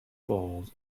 falls